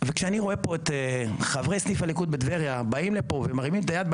וכשאני רואה פה את חברי סניף הליכוד בטבריה באים לפה ומרימים את היד,